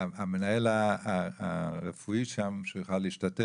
המנהל הרפואי יוכל להשתתף.